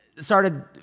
started